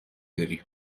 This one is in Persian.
داری